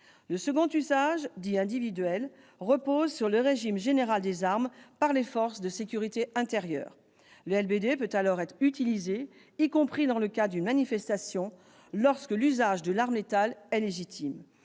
Le second usage, dit individuel, repose sur le régime général d'usage des armes par les forces de sécurité intérieure : le LBD peut alors être utilisé, y compris dans le cadre d'une manifestation, lorsque l'usage de l'arme létale est légitime.